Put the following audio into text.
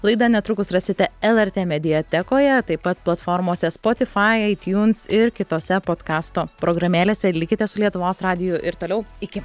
laidą netrukus rasite lrt mediatekoje taip pat platformose spotifai aitiuns ir kitose podkasto programėlėse ir likite su lietuvos radiju ir toliau iki